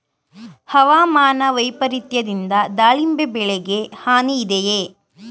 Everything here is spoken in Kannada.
ಹವಾಮಾನ ವೈಪರಿತ್ಯದಿಂದ ದಾಳಿಂಬೆ ಬೆಳೆಗೆ ಹಾನಿ ಇದೆಯೇ?